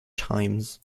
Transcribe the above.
times